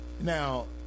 Now